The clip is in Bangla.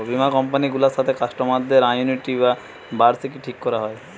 বীমা কোম্পানি গুলার সাথে কাস্টমারদের অ্যানুইটি বা বার্ষিকী ঠিক কোরা হয়